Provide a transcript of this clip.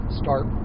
start